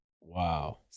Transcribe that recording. Wow